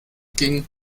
ging